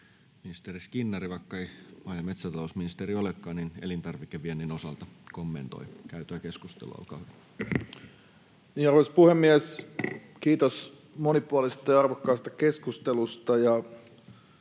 ministeri Skinnari, vaikka ei maa- ja metsätalousministeri olekaan, elintarvikeviennin osalta kommentoi käytyä keskustelua. — Olkaa hyvä. Arvoisa puhemies! Kiitos monipuolisesta ja arvokkaasta keskustelusta,